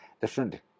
different